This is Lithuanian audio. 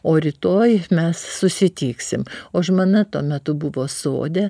o rytoj mes susitiksim o žmona tuo metu buvo sode